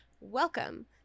welcome